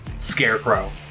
scarecrow